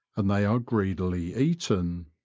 and they are greedily eaten.